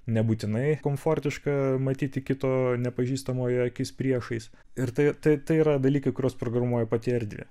nebūtinai komfortiška matyti kito nepažįstamojo akis priešais ir tai tai tai yra dalykai kuriuos programuoja pati erdvė